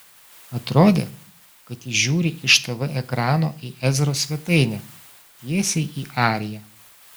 atrodė kad ji žiūri iš tv ekrano į ezros svetainę tiesiai į ariją